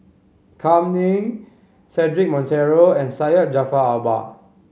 Kam Ning Cedric Monteiro and Syed Jaafar Albar